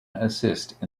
assist